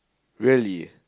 really